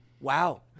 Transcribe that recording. wow